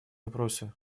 вопросы